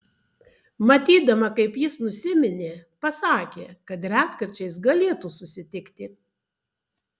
matydama kaip jis nusiminė pasakė kad retkarčiais galėtų susitikti